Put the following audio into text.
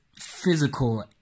physical